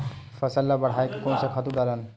फसल ल बढ़ाय कोन से खातु डालन?